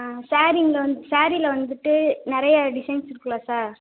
ஆ ஸேரீங்சில் வந்து ஸேரீசில் வந்துட்டு நிறைய டிசைன்ஸ் இருக்கும்லே சார்